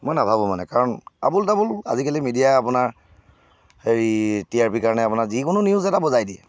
মই নাভাবো মানে কাৰণ আবোল তাবোল আজিকালি মিডিয়াই আপোনাৰ হেৰি টি আৰ পিৰ কাৰণে আপোনাৰ যিকোনো নিউজ এটা বজাই দিয়ে